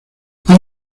han